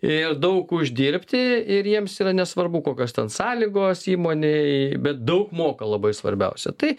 ir daug uždirbti ir jiems yra nesvarbu kokios ten sąlygos įmonėj bet daug moka labai svarbiausia tai